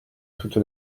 toute